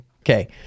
Okay